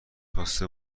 خواسته